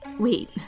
Wait